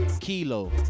Kilo